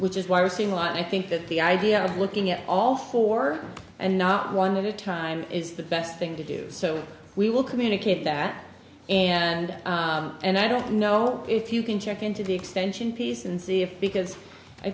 which is why we're seeing light i think that the idea of looking at all four and not one at a time is the best thing to do so we will communicate that and and i don't know if you can check into the extension piece and see if because i